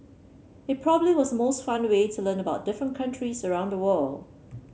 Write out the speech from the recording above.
it probably was most fun way to learn about different countries round the world